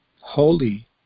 holy